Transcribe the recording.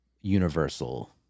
universal